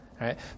right